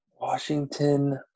Washington